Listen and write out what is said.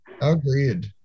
Agreed